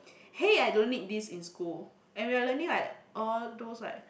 hey I don't need this in school and we are learning like all those like